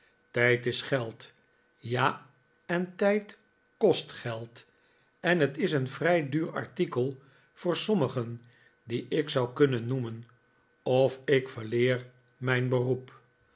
tijd is geld ja en tijd kost geld en t is een vrij duur artikel voor sommigen die ik zou kunnen noemen of ik verleer mijn beroep